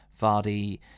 Vardy